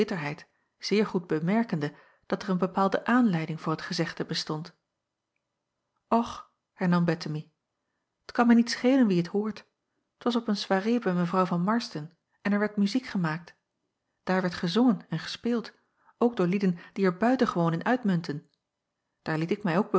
zeer goed bemerkende dat er een bepaalde aanleiding voor het gezegde bestond och hernam bettemie t kan mij niet schelen wie t hoort het was op een soirée bij mevrouw van ennep laasje evenster arsden en er werd muziek gemaakt daar werd gezongen en gespeeld ook door lieden die er buitengewoon in uitmuntten daar liet ik mij ook